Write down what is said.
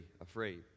afraid